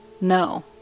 no